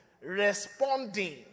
Responding